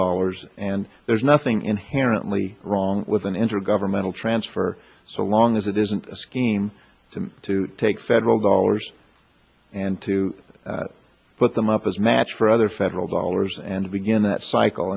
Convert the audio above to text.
dollars and there's nothing inherently wrong with an intergovernmental transfer so long as it isn't a scheme to take federal dollars and to put them up as match for other federal dollars and begin that cycle